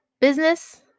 Business